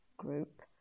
Group